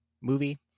movie